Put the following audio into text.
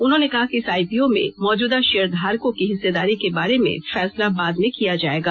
उन्होंने कहा कि इस आईपीओ में मौजूदा शेयर धारकों की हिस्सेदारी के बारे में फैसला बाद में किया जाएगा